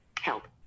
help